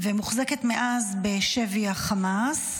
ומוחזקת מאז בשבי החמאס.